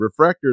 refractors